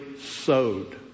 sowed